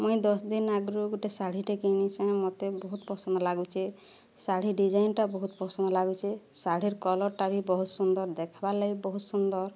ମୁଇଁ ଦଶ ଦିନ୍ ଆଗରୁ ଗୁଟେ ଶାଢ଼ୀଟେ କିଣିଛେ ମତେ ବହୁତ ପସନ୍ଦ ଲାଗୁଛେ ଶାଢ଼ୀର୍ ଡିଜାଇନଟା ବହୁତ ପସନ୍ଦ ଲାଗୁଛେ ଶାଢ଼ୀର୍ କଲର୍ଟା ବି ବହୁତ ସୁନ୍ଦର ଦେଖବାର୍ ଲାଗି ବହୁତ ସୁନ୍ଦର